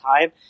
time